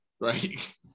right